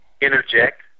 interject